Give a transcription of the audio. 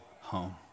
home